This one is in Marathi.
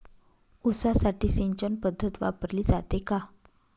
ऊसासाठी सिंचन पद्धत वापरली जाते का?